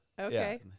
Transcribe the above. Okay